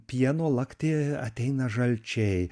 pieno lakti ateina žalčiai